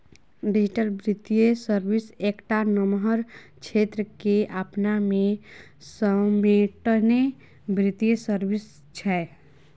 digital बित्तीय सर्विस एकटा नमहर क्षेत्र केँ अपना मे समेटने बित्तीय सर्विस छै